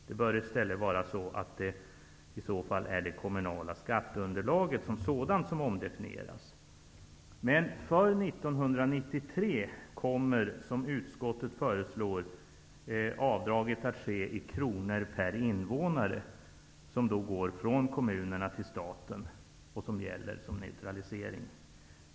Det bör i stället vara så att det är det kommunala skatteunderlaget som sådant som omdefinieras. Men för 1993 kommer enligt utskottets förslag avdraget att ske i kronor per invånare, att gå från kommunerna till staten och gälla som neutralisering.